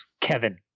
Kevin